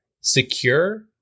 secure